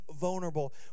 vulnerable